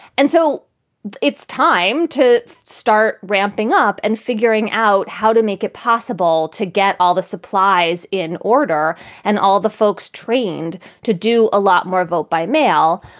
and so it's time to start ramping up and figuring out how to make it possible to get all the supplies in order and all the folks trained to do a lot more vote by mail.